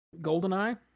Goldeneye